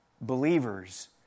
believers